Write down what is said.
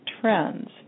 trends